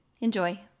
Enjoy